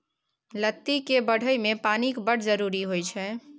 लत्ती केर बढ़य मे पानिक बड़ जरुरी होइ छै